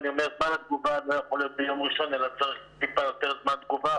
זמן התגובה לא יכול להיות ביום ראשון אלא צריך טיפה יותר זמן תגובה,